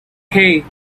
hey